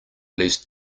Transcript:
least